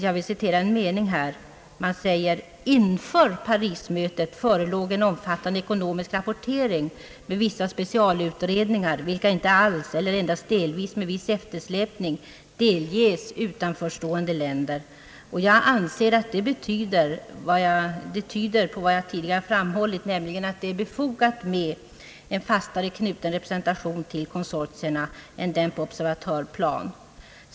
Jag vill citera en mening, där man säger följande: »Inför Parismötet förelåg en omfattande ekonomisk rapportering med vissa specialutredningar vilka inte alls eller 2ndast delvis med viss eftersläpning delges utanförstående länder.» Jag anser att detta tyder på vad jag tidigare framhållit, nämligen det befogade i att ha en mera fast knuten representation till konsortierna än på observatörsplanet.